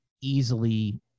easily